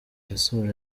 yasoje